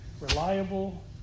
reliable